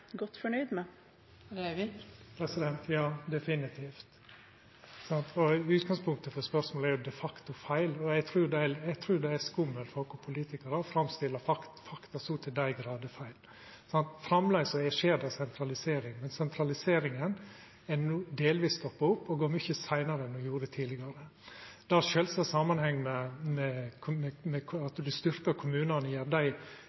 godt fornøyd med? Ja, definitivt. Utgangspunktet for spørsmålet er de facto feil. Eg trur det er skummelt for oss politikarar å framstilla fakta så til dei grader feil. Framleis skjer det sentralisering, men sentraliseringa er no delvis stoppa opp og går mykje seinare enn ho gjorde tidlegare. Det har sjølvsagt samanheng med at ein styrkjer kommunane og gjer dei